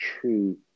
true